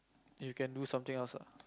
you can do something else ah